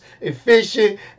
efficient